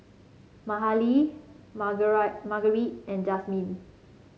Mahalie Margarite and Jazmin